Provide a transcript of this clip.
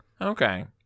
okay